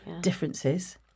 differences